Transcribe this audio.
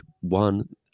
one